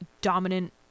dominant